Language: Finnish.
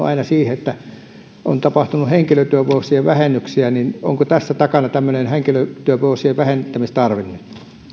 aina sellaisiksi että on tapahtunut henkilötyövuosien vähennyksiä onko tässä nyt takana tämmöinen henkilötyövuosien vähentämistarve